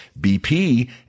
BP